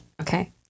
Okay